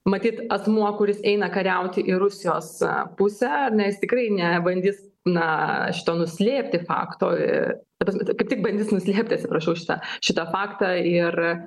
matyt asmuo kuris eina kariauti į rusijos pusę na jis tikrai nebandys na šito nuslėpti fakto ir ta prasme kad tik bandys nuslėpti atsiprašau šitą šitą faktą ir